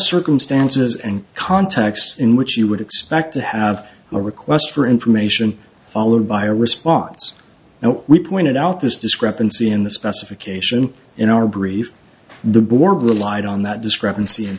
circumstances and contexts in which you would expect to have a request for information followed by a response now we pointed out this discrepancy in the specification in our brief the board relied on that discrepancy